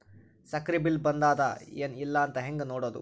ಸಕ್ರಿ ಬಿಲ್ ಬಂದಾದ ಏನ್ ಇಲ್ಲ ಅಂತ ಹೆಂಗ್ ನೋಡುದು?